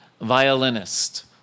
violinist